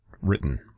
written